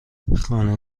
خانه